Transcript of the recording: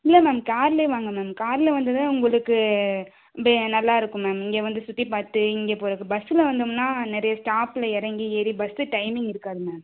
இல்லை மேம் கார்லயே வாங்க மேம் காரில் வந்தால்தான் உங்களுக்கு பே நல்லா இருக்கும் மேம் இங்கே வந்து சுற்றிப் பார்த்துட்டு இங்கே போகறதுக்கு பஸ்ஸில் வந்தோம்னா நிறையா ஸ்டாப்பில இறங்கி ஏறி பஸ்ஸு டைமிங் இருக்காது மேம்